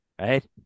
Right